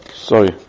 sorry